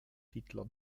hitler